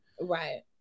Right